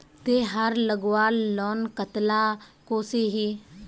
तेहार लगवार लोन कतला कसोही?